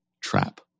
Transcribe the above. trap